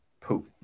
Poop